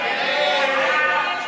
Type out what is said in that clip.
ההסתייגויות (39)